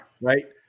Right